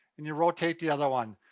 and you rotate the other one.